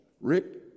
Rick